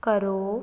ਕਰੋ